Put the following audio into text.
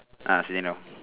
ah sitting down